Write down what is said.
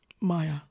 Maya